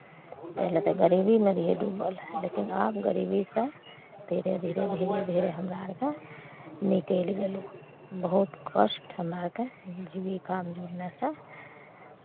पहिले तऽ गरीबीमे रहियै डूबल लेकिन आब गरीबीसँ धीरे धीरे धीरे धीरे हमरा आरके निकलि गेलै बहुत कष्ट हमरा आरके जीविकामे जुड़नेसँ